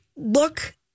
Look